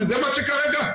זה הדברים כרגע,